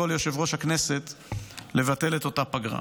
ליושב-ראש הכנסת לבטל את אותה פגרה.